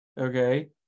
okay